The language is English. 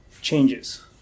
changes